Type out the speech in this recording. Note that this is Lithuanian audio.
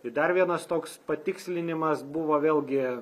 tai dar vienas toks patikslinimas buvo vėlgi